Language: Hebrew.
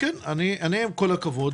עם כל הכבוד,